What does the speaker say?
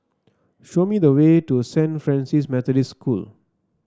show me the way to Saint Francis Methodist School